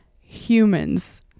humans